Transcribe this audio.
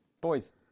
Boys